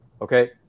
okay